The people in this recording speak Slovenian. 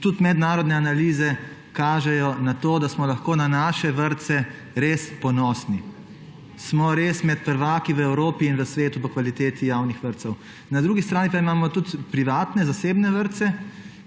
Tudi mednarodne analize kažejo na to, da smo lahko na naše vrtce res ponosni. Smo res med prvaki v Evropi in v svetu po kvaliteti javnih vrtcev. Na drugi strani pa imamo tudi privatne, zasebne vrtce,